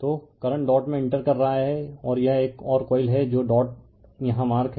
तो current dot में enter कर रहा है और यह एक और कॉइल है जो डॉट यहाँ मार्क है